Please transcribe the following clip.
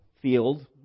field